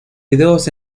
vídeos